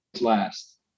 last